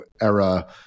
era